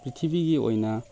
ꯄ꯭ꯔꯤꯊꯤꯕꯤꯒꯤ ꯑꯣꯏꯅ